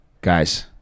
guys